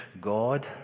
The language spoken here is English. God